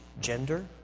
gender